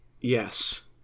Yes